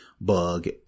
bug